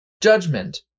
judgment